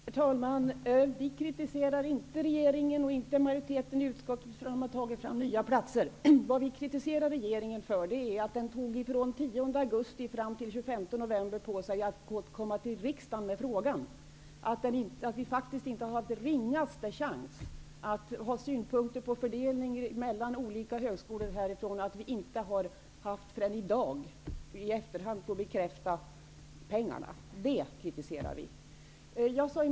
Herr talman! Vi kritiserar inte regeringen eller majoriteten i utskottet för att de har tagit fram nya platser. Vi kritiserar regeringen för att den tog tiden mellan den 10 augusti och den 25 november på sig för att återkomma till riksdagen med frågan. Vi har faktiskt inte haft den ringaste chans att ha synpunkter på fördelningen mellan olika högskolor, och vi har inte förrän i dag, i efterhand, fått bekräfta pengarna. Detta kritiserar vi regeringen för.